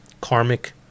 karmic